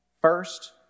First